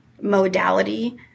modality